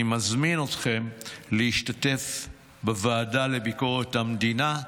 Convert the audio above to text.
אני מזמין אתכם להשתתף בישיבות הוועדה לביקורת המדינה.